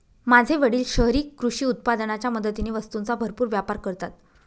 माझे वडील शहरी कृषी उत्पादनाच्या मदतीने वस्तूंचा भरपूर व्यापार करतात